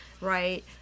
right